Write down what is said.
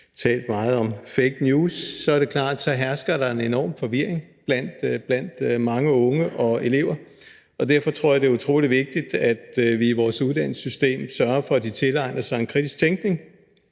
talt meget om fake news – er det klart, at så hersker der en enorm forvirring blandt mange unge og elever, og derfor tror jeg, det er utrolig vigtigt, at vi i vores uddannelsesystem sørger for, at de tilegner sig en kritisk tænkning,